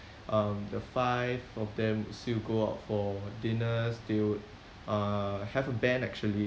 um the five of them still go out for dinners they would uh have a band actually